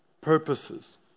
purposes